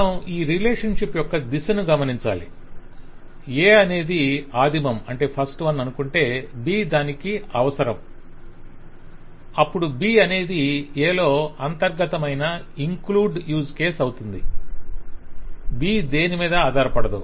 మనం ఈ రిలేషన్షిప్ యొక్క దిశను గమనించాలి A అనేది ఆదిమమనుకుంటే B దానికి అవసరం అప్పుడు B అనేది A లో అంతర్గతమైన ఇంక్లూడ్ యూజ్ కేస్ అవుతుంది B దేనిమీదా ఆధారపడదు